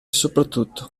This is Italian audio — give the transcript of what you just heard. soprattutto